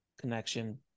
connection